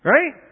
Right